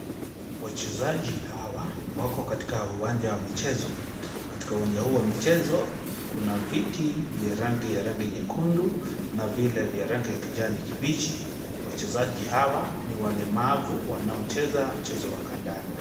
Wachezaji hawa wako katika uwanja wa michezo, katika uwanja huu kuna viti vya rangi ya rangi ya nyekundu na vile vya rangi ya kijani kibichi .Wachezaji hawa ni walemavu wanaocheza mchezo wa kandanda.